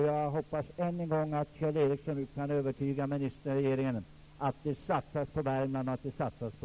Jag hoppas än en gång att Kjell Ericsson kan övertyga ministrarna i regeringen om att det är viktigt att det satsas på